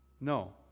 no